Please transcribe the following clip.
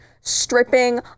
stripping